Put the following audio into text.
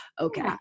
okay